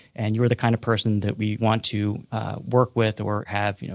and you are the kind of person that we want to work with or have, you know,